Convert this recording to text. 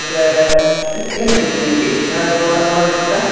ಅದೇ ಏನು ಬೇಕಿತ್ತು ನಿಮಗೆ ಏನಾದರೂ ಆರ್ಡ್ರ್ ಮಾಡಲಿಕ್ಕಿತ್ತಾ